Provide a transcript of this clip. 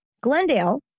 Glendale